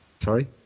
Sorry